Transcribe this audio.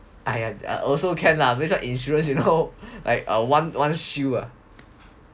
!aiya! also can lah this one insurance you know like uh one one shield